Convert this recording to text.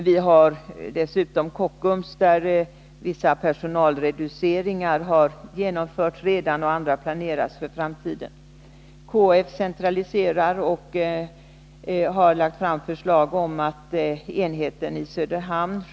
Vid Kockums har redan vissa personalreduceringar genomförts, och andra planeras i framtiden.